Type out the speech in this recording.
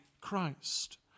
Christ